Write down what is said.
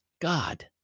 God